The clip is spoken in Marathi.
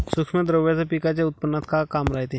सूक्ष्म द्रव्याचं पिकाच्या उत्पन्नात का काम रायते?